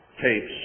tapes